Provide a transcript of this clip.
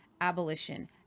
abolition